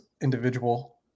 individual